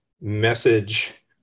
message